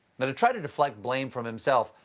but to try to deflect blame from himself,